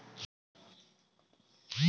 दूध के लिए सबसे अच्छा पशु कौनसा है?